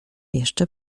jeszcze